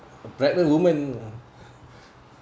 pregnant woman